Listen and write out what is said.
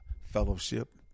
fellowship